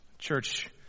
Church